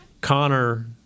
Connor